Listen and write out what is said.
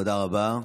תודה רבה.